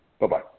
Bye-bye